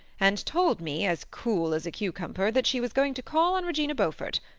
and told me, as cool as a cucumber, that she was going to call on regina beaufort.